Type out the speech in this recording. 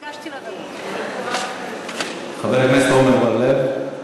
אני ביקשתי, חבר הכנסת עמר בר-לב,